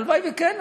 הלוואי שכן,